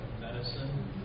medicine